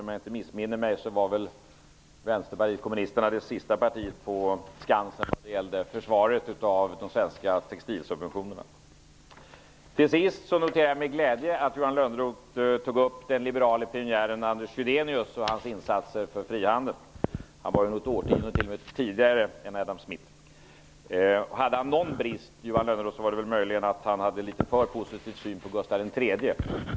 Om jag inte missminner mig så var väl Skansen när det gällde försvaret av de svenska textilsubventionerna. Till sist noterar jag med glädje att Johan Lönnroth tog upp pionjären Anders Gydenius och hans insatser för frihandel. Han verkade t.o.m. ett årtionde tidigare än Adam Smith. Hade Anders Gydenius möjligen någon brist så var det väl att han hade en litet för positiv syn på Gustav III.